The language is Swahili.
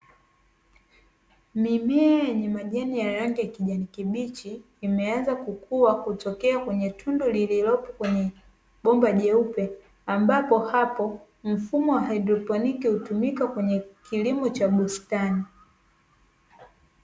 Mimea yenye majani rangi ya kijani kibichi yameanza kukua kutokea kwenye tundu lililopo kwenye bomba jeupe, ambapo hapo mfumo wa kilimo wa haidroponi hutumika kwenye kilimo cha bustani.